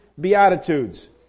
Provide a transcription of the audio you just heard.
beatitudes